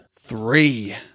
Three